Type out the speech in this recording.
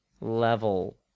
level